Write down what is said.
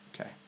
Okay